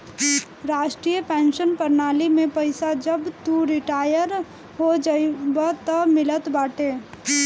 राष्ट्रीय पेंशन प्रणाली में पईसा जब तू रिटायर हो जइबअ तअ मिलत बाटे